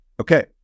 Okay